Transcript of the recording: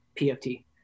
PFT